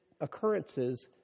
occurrences